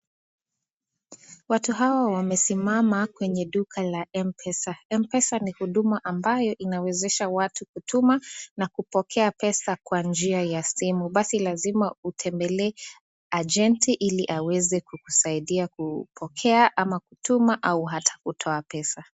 Watu Hawa wamesimama kwenye duka la Mpesa. Mpesa ni huduma ambaye inawezeaha watu kutuma na kupokea pesa kwa njia ya simu. Basi lazima utembelee agenti Ili aweze kukusaidia kupokea ama kutu au hata kutoa pesa.